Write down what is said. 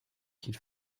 qu’il